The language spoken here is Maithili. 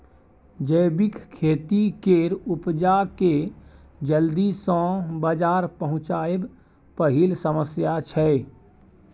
जैबिक खेती केर उपजा केँ जल्दी सँ बजार पहुँचाएब पहिल समस्या छै